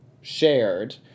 shared